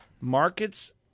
markets